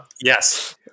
Yes